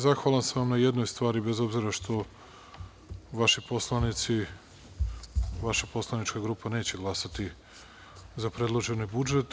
Zahvalan sam vam na jednoj stvari, bez obzira što vaši poslanici, vaša poslanička grupa neće glasati za predloženi budžet.